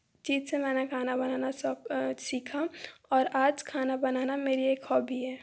चीज़ से मैंने खाना बनाना सीखा और आज खाना बनाना मेरी एक हॉबी है